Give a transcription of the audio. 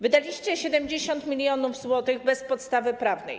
Wydaliście 70 mln zł bez podstawy prawnej.